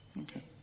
Okay